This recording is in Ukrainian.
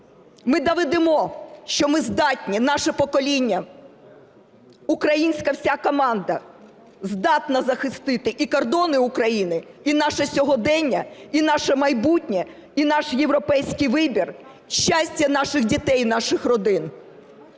Ми доведемо, що ми здатні, наше покоління, українська вся команда здатна захистити і кордони України, і наше сьогодення, і наше майбутнє, і наш європейський вибір, щастя наших дітей і наших родин.